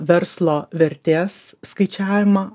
verslo vertės skaičiavimą